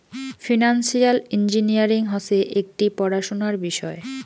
financial engineering হসে একটি পড়াশোনার বিষয়